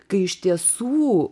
kai iš tiesų